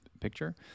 picture